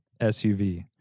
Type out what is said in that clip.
SUV